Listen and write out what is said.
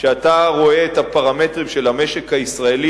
כשאתה רואה את הפרמטרים של המשק הישראלי